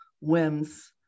whims